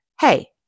Hey